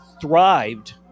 thrived